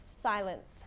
silence